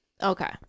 okay